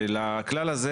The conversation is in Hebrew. לכלל הזה,